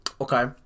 Okay